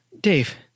Dave